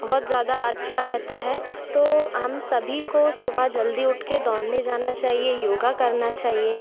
बहुत ज़्यादा अच्छा रहता है तो हम सभी को सुबह जल्दी उठ के दौड़ने जाना चाहिए योग करना चाहिए